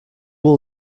will